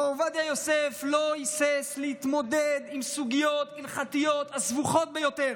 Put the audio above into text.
הרב עובדיה יוסף לא היסס להתמודד עם סוגיות הלכתיות סבוכות ביותר.